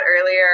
earlier